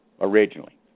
originally